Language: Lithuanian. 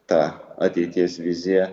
tą ateities viziją